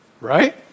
right